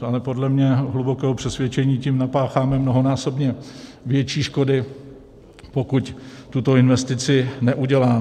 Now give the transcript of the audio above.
Ale podle mého hlubokého přesvědčení tím napácháme mnohonásobně větší škody, pokud tuto investici neuděláme.